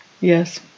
Yes